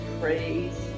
praise